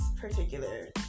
particular